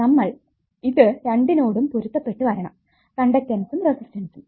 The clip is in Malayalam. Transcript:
നമ്മൾ ഇത് രണ്ടിനോടും പൊരുത്തപ്പെട്ടു വരണം കണ്ടക്ടൻസും റെസിസ്റ്റൻസും